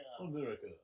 America